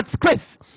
Chris